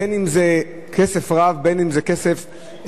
בין שזה כסף רב ובין שמעט,